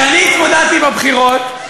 אני לא רוצה להשתמש במילים בוטות,